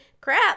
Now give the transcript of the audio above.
crap